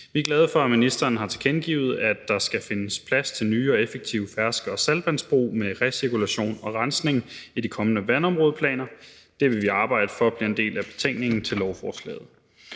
Vi er glade for, at ministeren har tilkendegivet, at der skal findes plads til nye og effektive fersk- og saltvandsbrug med recirkulation og rensning i de kommende vandområdeplaner. Det vil vi arbejde for bliver en del af betænkningen til lovforslaget.